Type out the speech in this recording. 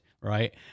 right